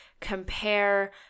compare